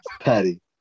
Patty